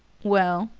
well?